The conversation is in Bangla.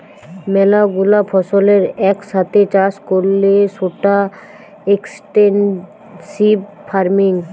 ম্যালা গুলা ফসলের এক সাথে চাষ করলে সৌটা এক্সটেন্সিভ ফার্মিং